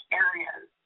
areas